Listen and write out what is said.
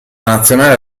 nazionale